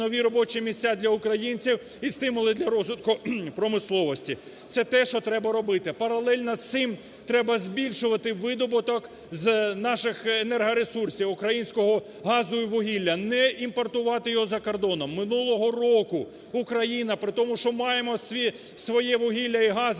нові робочі місця для українців і стимули для розвитку промисловості. Це те, що треба робити, паралельно з цим треба збільшувати видобуток з наших енергоресурсів українського газу і вугілля, не імпортувати його за кордоном. Минулого року Україна, при тому що маємо своє вугілля і газ,